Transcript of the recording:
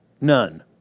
None